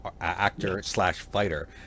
actor-slash-fighter